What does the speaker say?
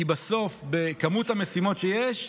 כי בסוף, בכמות המשימות שיש,